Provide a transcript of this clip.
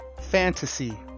Fantasy